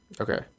Okay